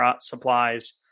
supplies